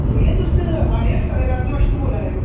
भाइया तुस आर्य तूं बोल्ला दे ओ